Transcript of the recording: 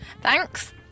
Thanks